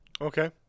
Okay